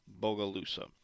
Bogalusa